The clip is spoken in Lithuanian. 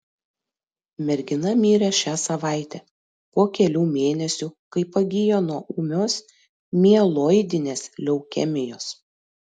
mergina mirė šią savaitę po kelių mėnesių kai pagijo nuo ūmios mieloidinės leukemijos